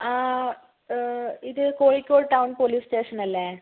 ആ ഇത് Kozhikode town police സ്റ്റേഷന് അല്ലേ